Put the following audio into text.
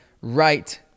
right